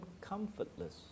comfortless